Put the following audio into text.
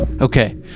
Okay